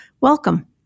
Welcome